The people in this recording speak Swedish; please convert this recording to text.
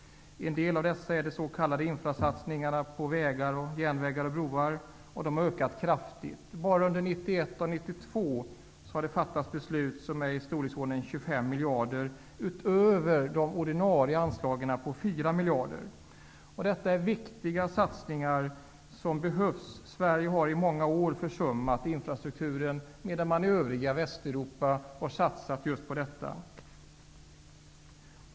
En del av dessa är de s.k. infrastruktursatsningarna på vägar, järnvägar och broar, vilka har ökat kraftigt. Bara under 1991 och 1992 har beslut fattats som är i storleksordningen 25 miljarder utöver de ordinarie anslagen på 4 miljarder. Detta är viktiga satsningar som behövs. Sverige har under många år försummat infrastrukturen, medan man i övriga Västeuropa har satsat just på detta.